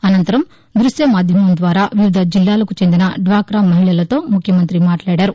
అనంతరం ద్బశ్యమాధ్యమం ద్వారా వివిధ జిల్లాలకు చెందిన డ్వాక్రా మహిళలతో ముఖ్యమంత్రి మాట్లాడారు